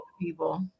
people